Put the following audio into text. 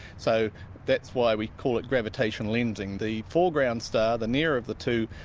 so that's why we call it gravitational lensing. the foreground star, the nearer of the two,